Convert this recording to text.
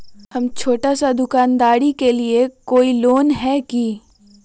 हम छोटा सा दुकानदारी के लिए कोई लोन है कि?